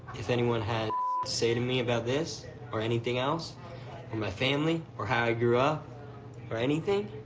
if anyone has say to me about this or anything else, or my family or how i grew up or anything,